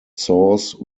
sauce